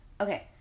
Okay